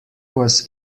was